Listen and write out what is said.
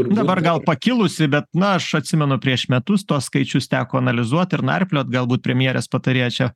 dabar gal pakilusį bet na aš atsimenu prieš metus tuos skaičius teko analizuot ir narpliot galbūt premjerės patarėja čia